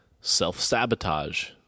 Self-sabotage